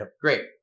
Great